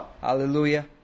Hallelujah